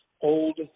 old